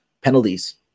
penalties